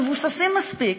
מבוסס מספיק,